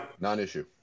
non-issue